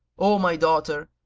o my daughter,